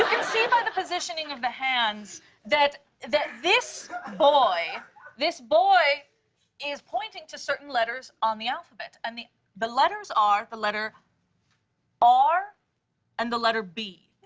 can see by the positioning of the hands that that this boy this boy is pointing to certain letters on the alphabet. and the the letters are the letter r and the letter b.